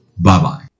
Bye-bye